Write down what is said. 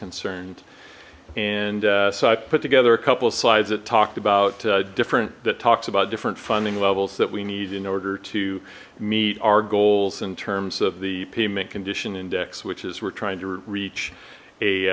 concerned and so i put together a couple of slides that talked about different that talks about different funding levels that we need in order to meet our goals in terms of the pavement condition index which is we're trying to reach a